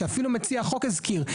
שאפילו מציע החוק הזכיר.